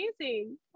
amazing